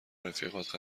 رفیقات